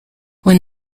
when